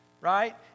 right